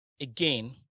Again